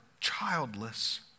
childless